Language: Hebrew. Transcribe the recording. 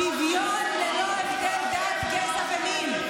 שוויון ללא הבדל דת, גזע ומין.